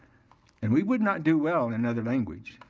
and we would not do well in another language.